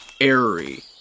airy